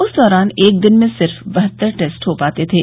उस दौरान एक दिन में सिर्फ बहत्तर टेस्ट हो पाते थे